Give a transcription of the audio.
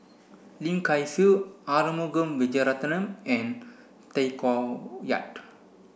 Lim Kay Siu Arumugam Vijiaratnam and Tay Koh Yat